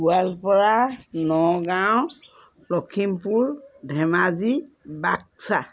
Goalpara Nagaon Lakhimpur Dhemaji Baksa